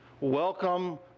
welcome